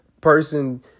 person